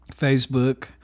Facebook